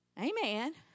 Amen